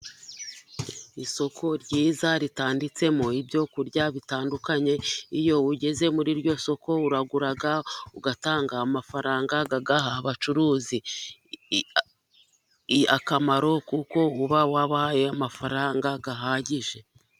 Isoko ryiza ritanditsemo ibyokurya bitandukanye, iyo ugeze muri iryo soko uragura ugatanga amafaranga, agaha abacuruzi akamaro kuko uba wabahaye amafaranga ahagije.